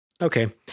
Okay